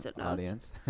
audience